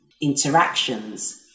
interactions